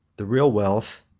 the real wealth,